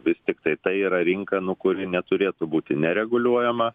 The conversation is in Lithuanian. vis tiktai tai yra rinka nu kuri neturėtų būti nereguliuojama